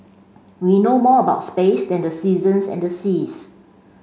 we know more about space than the seasons and the seas